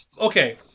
okay